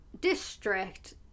district